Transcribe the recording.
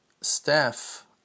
staff